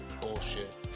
bullshit